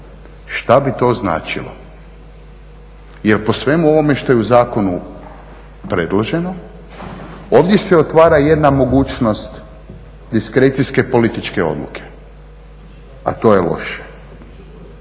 Šta bi to značilo? Jer po svemu ovome što je u zakonu predloženo ovdje se otvara jedna mogućnost diskrecijske političke odluke, a to je loše.